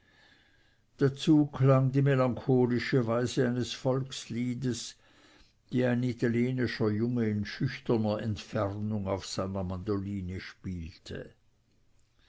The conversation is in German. dazu klang die melancholische weise eines volksliedes die ein italienischer junge in schüchterner entfernung auf seiner mandoline spielte